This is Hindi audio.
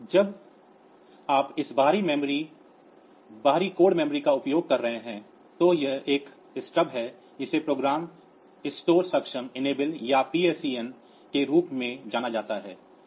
अब जब आप इस बाहरी मेमोरी बाहरी कोड मेमोरी का उपयोग कर रहे हैं तो एक स्ट्रोब है जिसे प्रोग्राम स्टोर सक्षम या PSEN के रूप में जाना जाता है